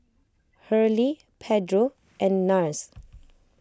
Hurley Pedro and Nars